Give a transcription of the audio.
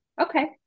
Okay